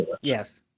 Yes